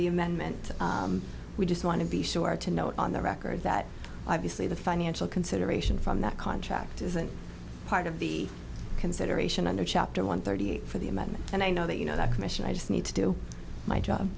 the amendment we just want to be sure to note on the record that i've basically the financial consideration from that contract isn't part of the consideration of chapter one thirty eight for the amendment and i know that you know that commission i just need to do my job